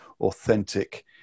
authentic